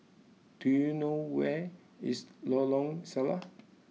do you know where is Lorong Salleh